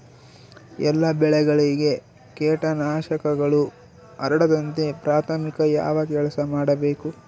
ಎಲ್ಲ ಬೆಳೆಗಳಿಗೆ ಕೇಟನಾಶಕಗಳು ಹರಡದಂತೆ ಪ್ರಾಥಮಿಕ ಯಾವ ಕೆಲಸ ಮಾಡಬೇಕು?